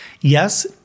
Yes